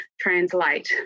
translate